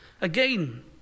Again